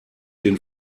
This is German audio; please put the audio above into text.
den